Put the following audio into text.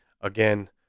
Again